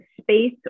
space